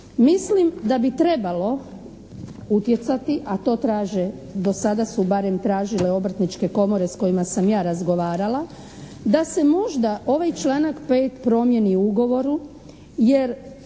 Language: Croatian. Mislim da bi trebalo utjecati, a to traže, do sada su barem tražile obrtničke komore s kojima sam ja razgovarala da se možda ovaj članak 5. promijeni u ugovoru jer